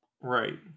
right